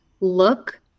look